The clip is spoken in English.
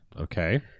okay